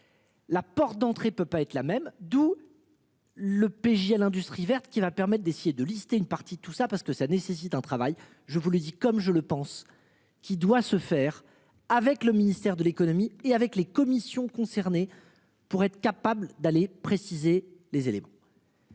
La porte d'entrée peut pas être la même. D'où. Le pays à l'industrie verte qui va permettre d'essayer de lister une partie tout ça parce que ça nécessite un travail je vous le dis comme je le pense qu'il doit se faire avec le ministère de l'économie et avec les commissions concernées pour être capable d'aller préciser les éléments.